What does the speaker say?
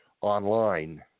online